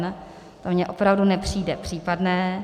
To mně opravdu nepřijde případné.